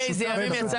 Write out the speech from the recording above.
משותף.